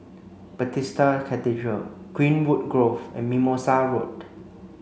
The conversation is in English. Bethesda Cathedral Greenwood Grove and Mimosa Road